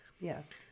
Yes